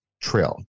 Trail